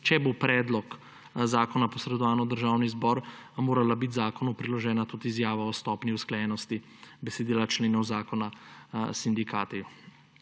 če bo predlog zakona posredovan v Državni zbor, morala biti zakonu priložena tudi izjava o stopnji usklajenosti besedila členov zakona s sindikati.